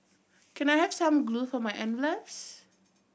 can I have some glue for my envelopes